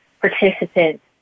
participants